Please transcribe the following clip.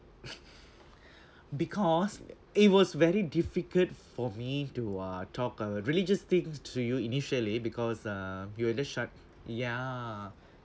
because it was very difficult for me to uh talk uh religious things to you initially because uh you will just shut ya